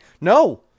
No